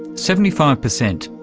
seventy five percent.